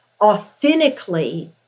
authentically